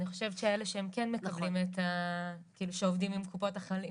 אני חושבת שאלה שכן עובדים עם קופות החולים,